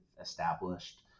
established